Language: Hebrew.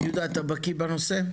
יהודה, אתה בקיא בנושא?